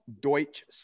Deutsch